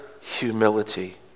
humility